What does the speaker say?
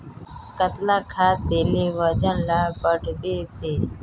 कतला खाद देले वजन डा बढ़बे बे?